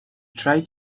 try